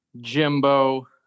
Jimbo